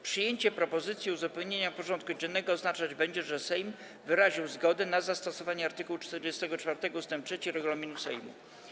Przyjęcie propozycji uzupełnienia porządku dziennego oznaczać będzie, że Sejm wyraził zgodę na zastosowanie art. 44 ust. 3 regulaminu Sejmu.